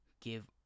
give